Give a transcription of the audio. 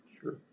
Sure